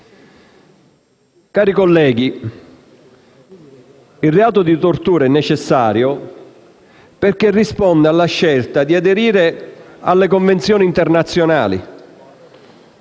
colleghi, il reato di tortura è necessario perché risponde alla scelta di aderire alle convenzioni internazionali,